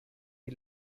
die